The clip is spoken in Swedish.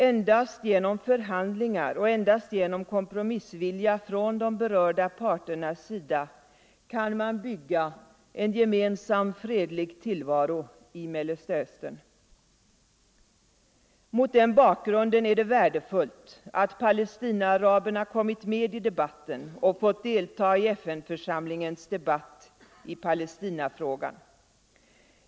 Endast genom förhandlingar och endast genom kompromissvilja från de berörda parternas sida kan man bygga en gemensam fredlig tillvaro i Mellersta Östern. Mot den bakgrunden är det värdefullt att palestinaaraberna kommit med i debatten och fått delta i FN-församlingens debatt i Palestinafrågan.